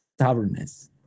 stubbornness